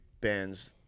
bands